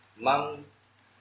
monks